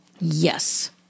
Yes